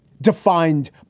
defined